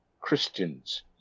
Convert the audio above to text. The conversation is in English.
christians